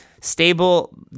stable